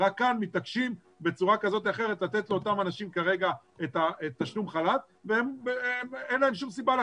רק כאן מתעקשים לתת לאותם אנשים כרגע את תשלום החל"ת ואין להם שום סיבה,